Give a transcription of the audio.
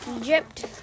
Egypt